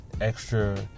extra